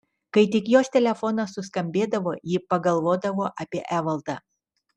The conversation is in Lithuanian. kai tik jos telefonas suskambėdavo ji pagalvodavo apie evaldą